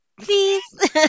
please